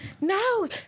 No